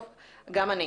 טוב, גם אני.